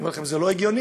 אני אומר: זה לא הגיוני.